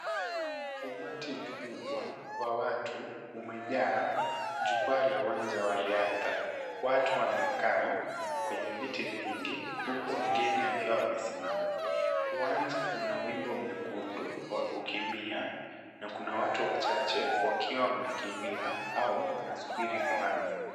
Umati mkubwa wa watu umejaa, jukwaa la uwanja wa riadha, Watu wamekaa, kwenye viti vingi, huku wengine wakiwa wamesimama, Uwanja una wimbo mwekundu wa kukimbia na kuna watu wachache wakiwa wanakimbia au wanasubiri kuanza.